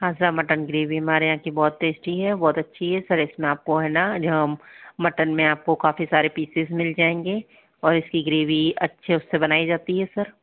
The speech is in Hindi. हाँ सर मटन ग्रेवी हमारे यहाँ की बहुत टेस्टी है बहुत अच्छी है सर इसमें आपको जो है ना मटन में आपको काफ़ी सारे पीसेस मिल जाएंगे और इसकी ग्रेवी अच्छे उससे बनाई जाती है सर